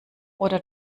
oder